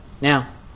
Now